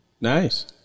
Nice